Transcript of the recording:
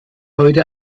heute